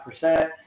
percent